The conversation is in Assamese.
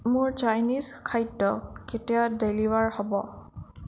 মোৰ চাইনিজ খাদ্য কেতিয়া ডেলিভাৰ হ'ব